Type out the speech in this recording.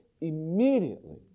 immediately